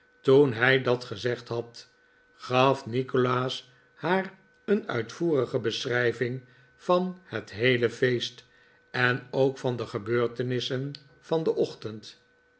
toen hij dat gezegd had gaf nikolaas haar een uitvoerige beschrijving van het heele feest en ook van de gebeurtenissen van den ochtend